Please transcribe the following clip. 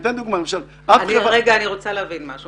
אני אתן דוגמה למשל --- אני רוצה להבין משהו,